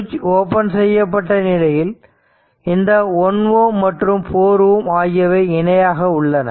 சுவிட்ச் ஓபன் செய்யப்பட்ட நிலையில் இந்த 1 Ω மற்றும் 4 Ω ஆகியவை இணையாக உள்ளன